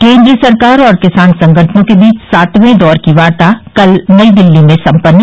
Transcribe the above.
केन्द्र सरकार और किसान संगठनों के बीच सातवें दौर की वार्ता कल नई दिल्ली में संपन्न